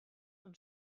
und